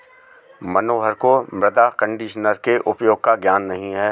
मनोहर को मृदा कंडीशनर के उपयोग का ज्ञान नहीं है